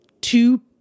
two